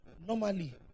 Normally